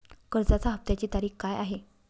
कर्जाचा हफ्त्याची तारीख काय आहे?